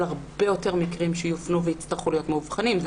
הרבה יותר מקרים שיופנו ויצטרכו להיות מאובחנים.